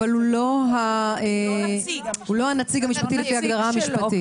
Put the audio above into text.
אבל הוא לא הנציג המשפטי לפי ההגדרה המשפטית,